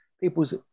people's